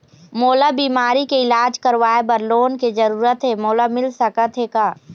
मोला बीमारी के इलाज करवाए बर लोन के जरूरत हे मोला मिल सकत हे का?